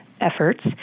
efforts